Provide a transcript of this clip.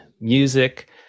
music